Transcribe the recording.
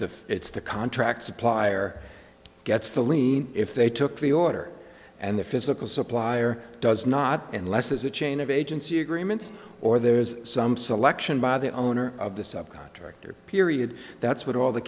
if it's the contract supplier gets the lien if they took the order and the physical supplier does not unless there's a chain of agency agreements or there's some selection by the owner of the subcontractor period that's what all the